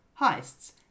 heists